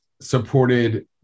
supported